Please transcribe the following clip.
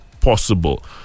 possible